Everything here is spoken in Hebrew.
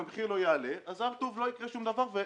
המדינה היחידה שלא משתמשת בחוק של היטלי סחר זאת